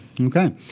Okay